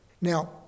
Now